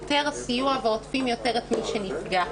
יותר סיוע ועושים יותר לכיוון של הנפגע.